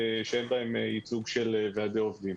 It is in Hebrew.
שאין בהם ייצוג של ועדי עובדים.